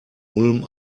ulm